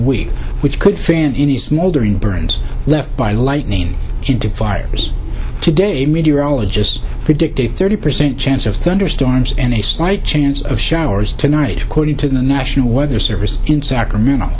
week which could finish small during burns left by lightning in two fires today meteorologists predict a thirty percent chance of thunderstorms and a slight chance of showers tonight according to the national weather service in sacramento